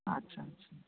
আচ্ছা আচ্ছা